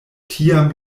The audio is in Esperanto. tiam